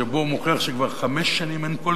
שבו הוא מוכיח שכבר חמש שנים אין כל